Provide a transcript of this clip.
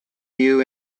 view